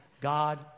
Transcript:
God